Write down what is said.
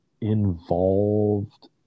involved